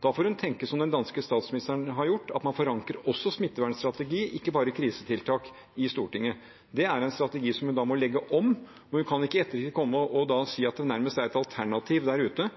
Da får hun tenke som den danske statsministeren har gjort, slik at man også forankrer smittevernstrategi – ikke bare krisetiltak – i Stortinget. Det er en strategi som hun da må legge om. Hun kan ikke komme i ettertid og si at det nærmest er et alternativ der ute,